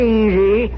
easy